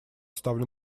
ставлю